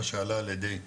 מה שעלה על ידי מע'אר,